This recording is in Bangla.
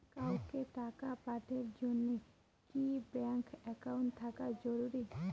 কাউকে টাকা পাঠের জন্যে কি ব্যাংক একাউন্ট থাকা জরুরি?